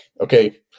okay